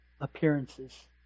appearances